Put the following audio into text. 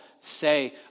say